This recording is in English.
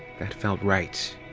that felt right